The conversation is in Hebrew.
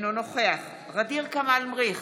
אינו נוכח ע'דיר כמאל מריח,